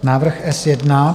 Návrh S1.